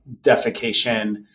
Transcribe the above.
defecation